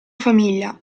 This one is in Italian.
famiglia